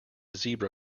zebra